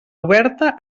oberta